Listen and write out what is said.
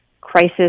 crisis